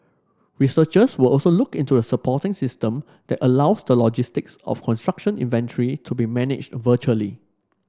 researchers will also look into a supporting system that allows the logistics of construction inventory to be managed virtually